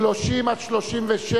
סעיפים 30 36,